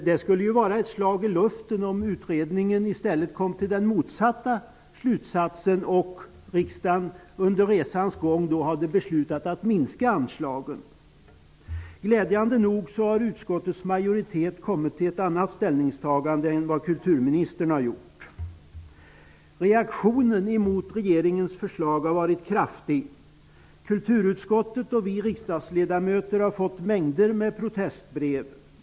Det skulle vara ett slag i luften om utredningen i stället kom till den motsatta slutsatsen och riksdagen under resans gång hade beslutat att minska anslagen. Glädjande nog har utskottets majoritet kommit till ett annat ställningstagande än vad kulturministern har gjort. Reaktionen mot regeringens förslag har varit kraftig. Kulturutskottet och vi riksdagsledamöter har fått mängder av protestbrev.